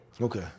Okay